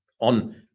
on